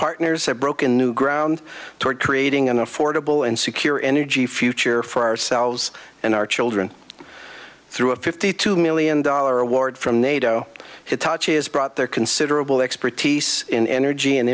partners have broken new ground toward creating an affordable and secure energy future for ourselves and our children through a fifty two million dollar award from nato hitachi has brought their considerable expertise in energy and